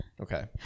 Okay